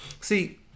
See